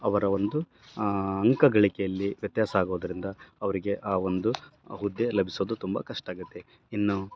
ಅವರ ಒಂದು ಅಂಕಗಳಿಕೆಯಲ್ಲಿ ವ್ಯತ್ಯಾಸ ಆಗೋದರಿಂದ ಅವರಿಗೆ ಆ ಒಂದು ಹುದ್ದೆ ಲಭಿಸೋದು ತುಂಬ ಕಷ್ಟ ಆಗತ್ತೆ ಇನ್ನು